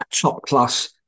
top-class